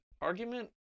argument